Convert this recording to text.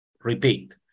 repeat